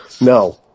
No